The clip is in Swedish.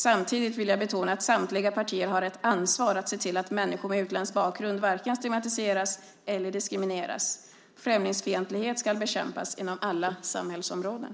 Samtidigt vill jag betona att samtliga partier har ett ansvar att se till att människor med utländsk bakgrund varken stigmatiseras eller diskrimineras. Främlingsfientlighet ska bekämpas inom alla samhällsområden.